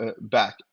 back